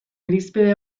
irizpide